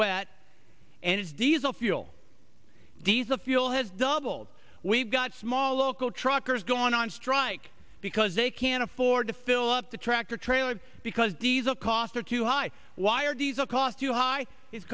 wet and it's diesel fuel diesel fuel has doubled we've got small local truckers going on strike because they can't afford to fill up the tractor trailer because diesel costs are too high wire diesel cost too high i